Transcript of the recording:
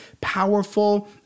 powerful